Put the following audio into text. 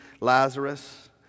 Lazarus